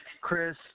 Chris